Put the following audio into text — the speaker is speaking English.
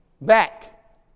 back